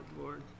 Lord